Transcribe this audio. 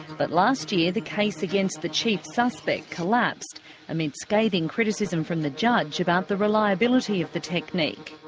but last year the case against the chief suspect collapsed amid scathing criticism from the judge about the reliability of the tecyhnique.